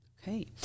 Okay